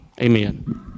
Amen